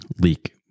leak